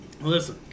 Listen